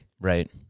right